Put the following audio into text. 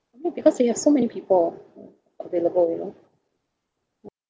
maybe because they have so many people available you know